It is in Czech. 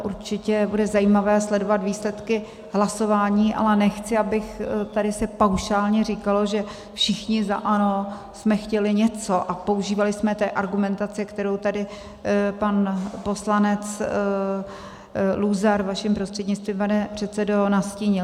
Určitě bude zajímavé sledovat výsledky hlasování, ale nechci, aby se tady paušálně říkalo, že všichni za ANO jsme chtěli něco a používali jsme té argumentace, kterou tady pan poslanec Luzar, vaším prostřednictvím, pane předsedo, nastínil.